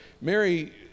Mary